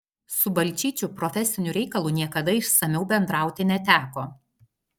su balčyčiu profesiniu reikalu niekada išsamiau bendrauti neteko